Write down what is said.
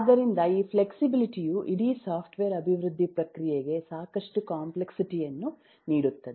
ಆದ್ದರಿಂದ ಈ ಫ್ಲೆಕ್ಸಿಬಿಲಿಟಿ ಯು ಇಡೀ ಸಾಫ್ಟ್ವೇರ್ ಅಭಿವೃದ್ಧಿ ಪ್ರಕ್ರಿಯೆಗೆ ಸಾಕಷ್ಟು ಕಾಂಪ್ಲೆಕ್ಸಿಟಿ ಯನ್ನು ನೀಡುತ್ತದೆ